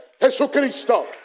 Jesucristo